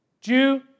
Jew